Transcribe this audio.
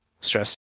stress